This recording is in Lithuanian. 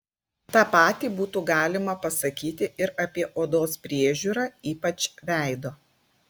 tą patį būtų galima pasakyti ir apie odos priežiūrą ypač veido